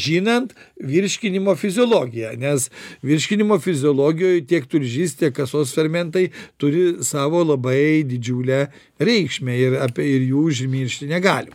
žinant virškinimo fiziologiją nes virškinimo fiziologijoj tiek tulžis tiek kasos fermentai turi savo labai didžiulę reikšmę ir apie ir jų užmiršti negalim